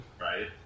Right